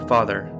Father